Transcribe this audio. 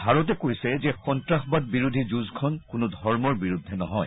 ভাৰতে কৈছে যে সন্নাসবাদ বিৰোধী যুঁজখন কোনো ধৰ্মৰ বিৰুদ্ধে নহয়